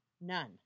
None